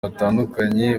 batandukanye